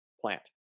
Plant